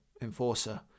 enforcer